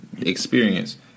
experience